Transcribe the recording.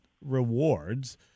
rewards